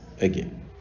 again